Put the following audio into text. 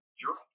Europe